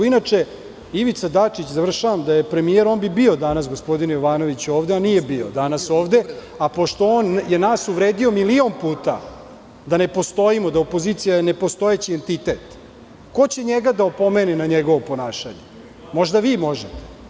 Inače, Ivica Dačić da je premijer, on bi bio danas, gospodine Jovanoviću, ovde, on nije bio danas ovde, a pošto je on nas uvredio milion puta da ne postojimo, da je opozicija nepostojeći entitet, ko će njega da opomene na njegovo ponašanje, možda vi možete?